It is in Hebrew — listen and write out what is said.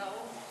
ברור.